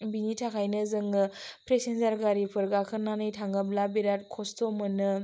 बिनि थाखायनो जोङो प्रेसेनजार गारिफोर गाखोनानै थाङोब्ला बिराथ खस्थ' मोनो